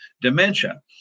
dementia